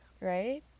Right